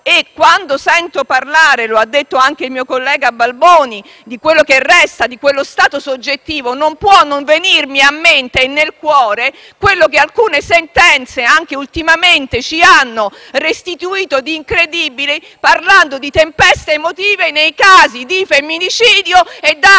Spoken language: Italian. Quando sento parlare - lo ha detto anche il mio collega Balboni - di quello che resta di quello stato soggettivo, non può non venirmi in mente e nel cuore quello di incredibile che alcune sentenze, anche ultimamente, ci hanno restituito, parlando di tempeste emotive nei casi di femminicidio, dando